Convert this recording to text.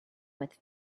with